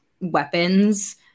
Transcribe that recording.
weapons